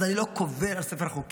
אז אני לא קובל על ספר החוקים,